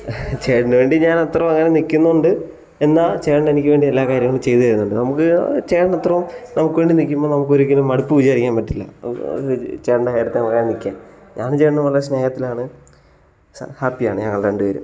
ചേട്ടന് വേണ്ടി ഞാൻ അത്രയും അങ്ങനെ നിൽക്കുന്നുണ്ട് എന്നാൽ ചേട്ടൻ എനിക്ക് വേണ്ടി എല്ലാ കാര്യങ്ങളും ചെയ്തുതരുന്നുണ്ട് നമുക്ക് ചേട്ടൻ അത്രയും നമുക്ക് വേണ്ടി നിൽക്കുമ്പോൾ നമുക്ക് ഒരിക്കലും മടുപ്പ് വിചാരിക്കാൻ പറ്റില്ല ചേട്ടൻ്റെ കാര്യത്തിന് അങ്ങനെ നിൽക്കാൻ ഞാനും ചേട്ടനും വളരെ സ്നേഹത്തിലാണ് ഹാപ്പി ആണ് ഞങ്ങൾ രണ്ടുപേരും